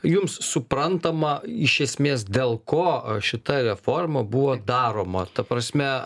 jums suprantama iš esmės dėl ko šita reforma buvo daroma ta prasme